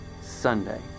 Sunday